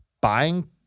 buying